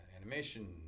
animation